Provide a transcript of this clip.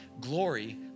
Glory